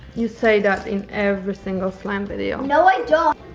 you say that in every single slime video. no i don't.